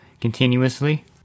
continuously